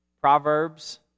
Proverbs